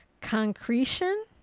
concretion